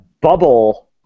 bubble